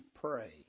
pray